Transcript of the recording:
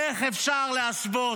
איך אפשר להשוות,